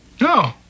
No